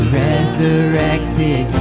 resurrected